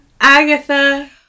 Agatha